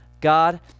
God